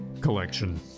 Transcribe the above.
collection